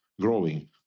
growing